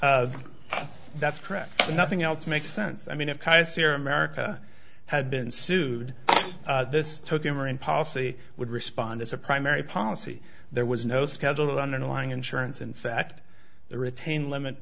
that's correct and nothing else makes sense i mean if america had been sued this took a marine policy would respond as a primary policy there was no schedule underlying insurance in fact they retain limit